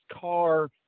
car